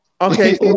Okay